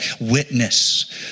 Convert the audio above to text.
Witness